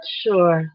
sure